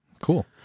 Cool